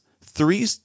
three